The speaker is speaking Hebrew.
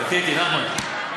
שתיתי, נחמן.